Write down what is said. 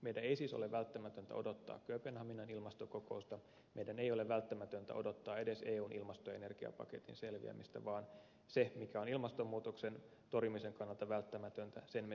meidän ei siis ole välttämätöntä odottaa kööpenhaminan ilmastokokousta meidän ei ole välttämätöntä odottaa edes eun ilmastoenergiapaketin selviämistä vaan sen mikä on ilmastonmuutoksen torjumisen kannalta välttämätöntä me tiedämme jo nyt